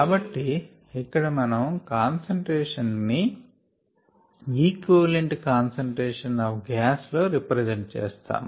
కాబట్టి ఇక్కడ మనం కాన్సంట్రేషన్ ని equivalent concentration of gas లో రెప్రజెంట్ చేస్తాము